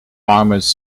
farmers